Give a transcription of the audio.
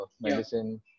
medicine